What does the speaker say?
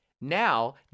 Now